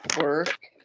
Work